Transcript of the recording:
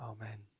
Amen